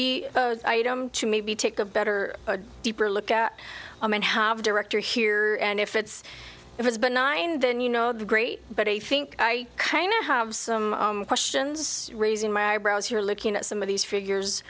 be item to maybe take a better a deeper look at him and have a director here and if it's it was benign then you know the great but i think i kind of have some questions raising my eyebrows here looking at some of these figures